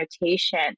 rotation